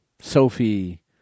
Sophie